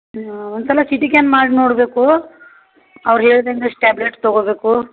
ನೀವು ಒಂದ್ಸಲ C T scan ಮಾಡಿ ನೋಡಬೇಕು ಅವ್ರು ಹೇಳಿ ದಿನ ಅಷ್ಟು ಟ್ಯಾಬ್ಲೆಟ್ಸ್ ತಗೊಬೇಕು